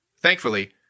Thankfully